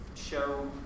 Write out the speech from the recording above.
show